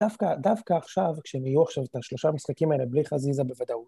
‫דווקא, דווקא עכשיו, כשהם יהיו עכשיו ‫את השלושה המשחקים האלה, ‫בלי חזיזה בוודאות.